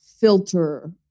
filter